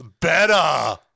better